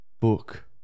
Book